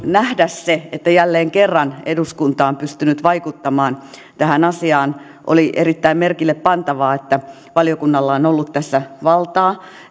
nähdä se että jälleen kerran eduskunta on pystynyt vaikuttamaan tähän asiaan oli erittäin merkillepantavaa että valiokunnalla on ollut tässä valtaa